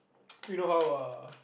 you know how uh